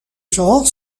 genre